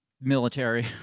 military